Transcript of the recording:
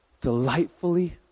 Delightfully